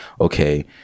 okay